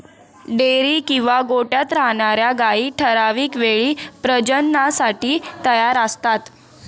dairy किंवा गोठ्यात राहणार्या गायी ठराविक वेळी प्रजननासाठी तयार असतात